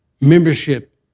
Membership